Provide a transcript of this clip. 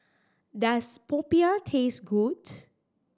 does popiah taste good